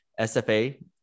SFA